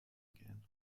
again